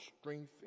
strength